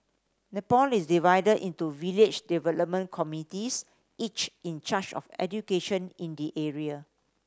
Nepal is divided into village development committees each in charge of education in the area